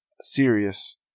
serious